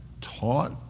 Taught